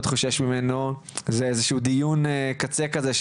חושש ממנו זה איזה שהוא דיון קצה כזה,